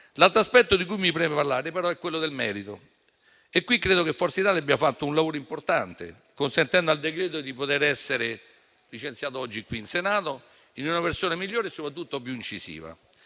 L’altro aspetto di cui mi preme parlare, però, è quello del merito e su questo credo che Forza Italia abbia fatto un lavoro importante, consentendo al decreto-legge di essere licenziato oggi qui in Senato in una versione migliore e soprattutto più incisiva.